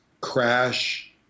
Crash